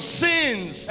sins